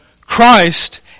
Christ